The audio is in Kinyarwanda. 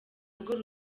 rwo